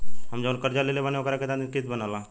हम जऊन कर्जा लेले बानी ओकर केतना किश्त बनल बा?